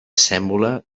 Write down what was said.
sèmola